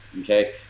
Okay